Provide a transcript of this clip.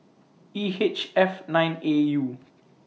E H F nine A U